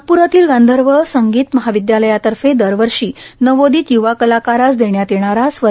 नागप्रातील गांधर्व संगीत महाविद्यालयातर्फे दरवर्षी नवोदित य्वा कलाकारास देण्यात येणारा स्व